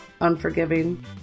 unforgiving